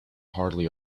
hardly